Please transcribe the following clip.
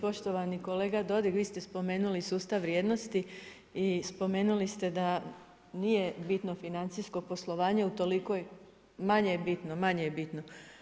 Poštovani kolega Dodig, vi ste spomenuli sustav vrijednosti i spomenuli ste da nije bitno financijsko poslovanje u tolikoj, manje je bitno, manje je bitno.